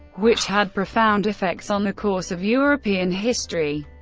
which had profound effects on the course of european history.